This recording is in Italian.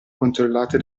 controllate